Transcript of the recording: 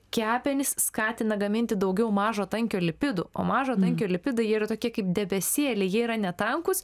kepenys skatina gaminti daugiau mažo tankio lipidų o mažo tankio lipidai jie yra tokie kaip debesėliai jie yra netankūs